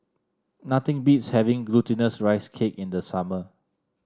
nothing beats having Glutinous Rice Cake in the summer